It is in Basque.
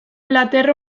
plater